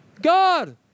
God